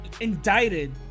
indicted